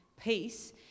peace